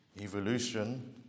Evolution